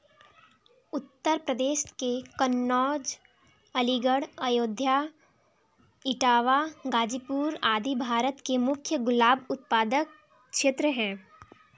उत्तर प्रदेश के कन्नोज, अलीगढ़, अयोध्या, इटावा, गाजीपुर आदि भारत के मुख्य गुलाब उत्पादक क्षेत्र हैं